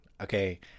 okay